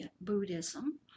Buddhism